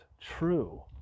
true